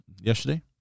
yesterday